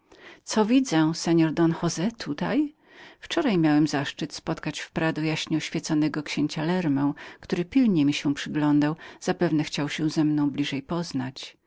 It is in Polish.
co widzę seor don jose tutaj wczoraj miałem zaszczyt spotkania w prado j o księcia lernę który pilnie mi się przyglądał zapewne chciał się ze mną bliżej poznać